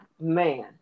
man